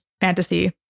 fantasy